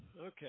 Okay